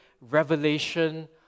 revelation